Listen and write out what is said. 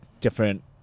different